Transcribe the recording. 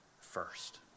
first